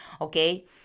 okay